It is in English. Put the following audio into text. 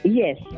Yes